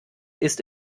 ist